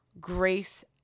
grace